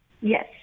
Yes